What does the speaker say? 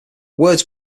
words